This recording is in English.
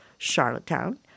charlottetown